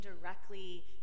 directly